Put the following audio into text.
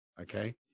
Okay